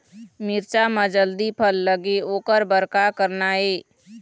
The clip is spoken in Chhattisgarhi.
मिरचा म जल्दी फल लगे ओकर बर का करना ये?